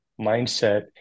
mindset